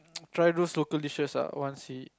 try those local dishes lah once he